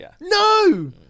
No